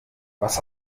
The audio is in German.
was